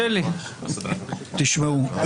תשמעו,